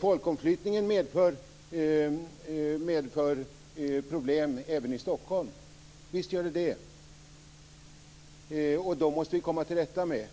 Folkomflyttningen medför problem även i Stockholm. Visst gör den det. Dem måste vi komma till rätta med.